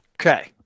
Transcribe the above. Okay